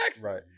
Right